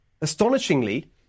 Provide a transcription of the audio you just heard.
astonishingly